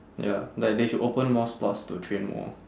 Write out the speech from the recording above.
ya like they should open more slots to train more